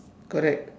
correct